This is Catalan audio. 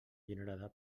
generada